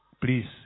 please